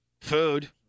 food